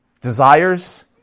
desires